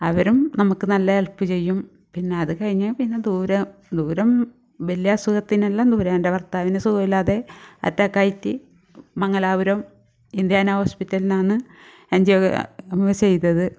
അവരും നമുക്ക് നല്ല ഹെൽപ്പ് ചെയ്യും പിന്നെ അതു കഴിഞ്ഞാൽ പിന്നെ ദൂരെ ദൂരം വലിയ അസുഖത്തിനെല്ലാം ദൂരെ എൻ്റെ ഭർത്താവിന് സുഖമില്ലാതെ അറ്റാക്ക് ആയിട്ട് മംഗലാപുരം ഇന്ത്യാന ഹോസ്പിറ്റലിലാണ് ആഞ്ചിയോഗ്രാം ചെയ്തത്